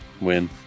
win